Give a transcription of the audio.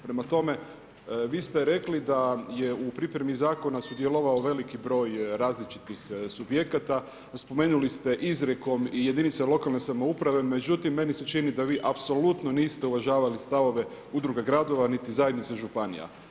Prema tome, vi ste rekli da je pripremi zakona sudjelovao veliki broj različitih subjekata, a spomenuli ste izrijekom i jedinice lokalne samouprave međutim meni se čini da vi da apsolutno niste uvažavali stavove udruga gradova niti zajednica županija.